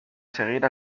seguir